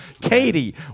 Katie